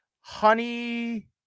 honey